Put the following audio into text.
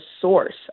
source